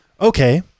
Okay